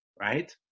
right